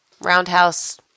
roundhouse